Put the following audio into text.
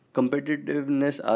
Competitiveness